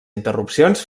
interrupcions